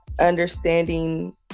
understanding